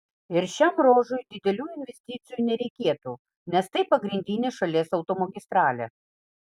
ir šiam ruožui didelių investicijų nereikėtų nes tai pagrindinė šalies automagistralė